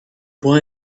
boy